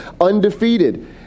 Undefeated